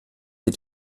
sie